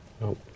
No